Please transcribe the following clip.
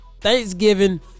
Thanksgiving